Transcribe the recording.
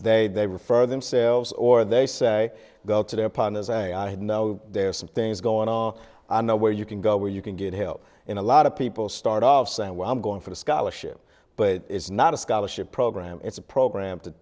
they they refer themselves or they say go to their pond as saying i have no there are some things going on i know where you can go where you can get help in a lot of people start off saying well i'm going for the scholarship but it's not a scholarship program it's a program to